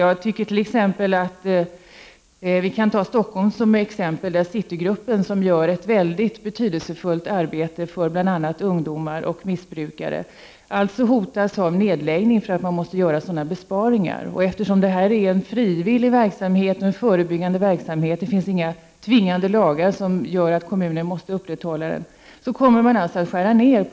Jag kan som exempel ta Citygruppen i Stockholm, som gör ett mycket betydelsefullt arbete för bl.a. ungdomar och missbrukare men som hotas av nedläggning därför att det måste göras besparingar. Eftersom det här är en frivillig förebyggande verksamhet — det finns inte någon tvingande lag som säger att kommunen måste upprätthålla den — kommer verksamheten att skäras ned.